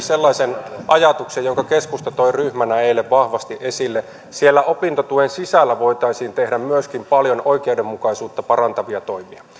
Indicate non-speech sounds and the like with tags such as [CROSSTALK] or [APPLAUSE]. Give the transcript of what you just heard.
[UNINTELLIGIBLE] sellaisen ajatuksen jonka keskusta toi ryhmänä eilen vahvasti esille siellä opintotuen sisällä voitaisiin myöskin tehdä paljon oikeudenmukaisuutta parantavia toimia